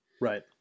Right